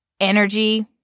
energy